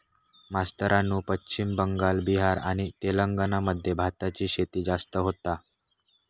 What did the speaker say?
मास्तरानू पश्चिम बंगाल, बिहार आणि तेलंगणा मध्ये भाताची शेती जास्त होता